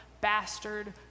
bastard